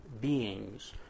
beings